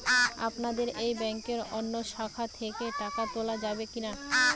আপনাদের এই ব্যাংকের অন্য শাখা থেকে টাকা তোলা যাবে কি না?